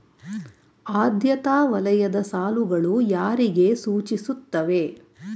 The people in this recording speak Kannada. ಆದ್ಯತಾ ವಲಯದ ಸಾಲಗಳು ಯಾರಿಗೆ ಸೂಚಿಸುತ್ತವೆ?